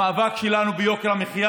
המאבק שלנו ביוקר המחיה